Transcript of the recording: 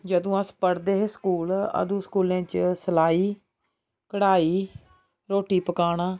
जदूं अस पढ़दे हे स्कूल अदूं स्कूलें च सलाई कढ़ाई रुट्टी पकाना